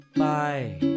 bye